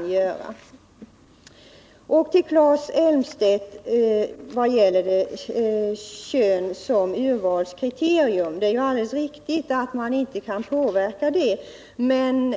När det gäller könet som urvalskriterium vill jag till Claes Elmstedt säga, att det är alldeles riktigt att man inte kan påverka detta förhållande. Men